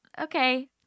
Okay